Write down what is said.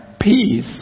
peace